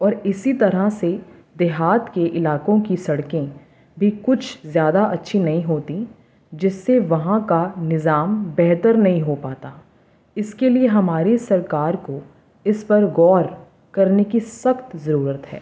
اور اسی طرح سے دیہات کے علاقوں کی سڑکیں بھی کچھ زیادہ اچھی نہیں ہوتیں جس سے وہاں کا نظام بہتر نہیں ہو پاتا اس کے لیے ہماری سرکار کو اس پر غور کرنے کی سخت ضرورت ہے